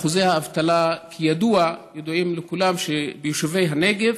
אחוזי האבטלה, כידוע, ידוע לכולם שביישובי הנגב